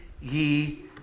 ye